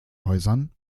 häusern